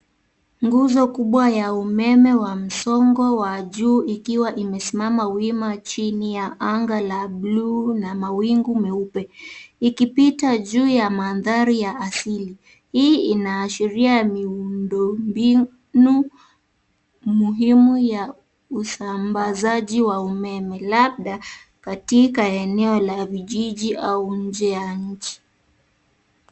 Nguzo kubwa ya umeme wa msongo wa juu ikiwa imesimama wima chini ya anga la bluu na mawingu meupe ikipita juu ya mandhari ya asili. Hii inaashiria miundombinu muhimu ya usambazaji wa umeme, labda katika eneo la vijiji au nje ya nchi.